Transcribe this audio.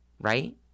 Right